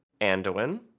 Anduin